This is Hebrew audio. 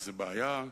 איזו בעיה,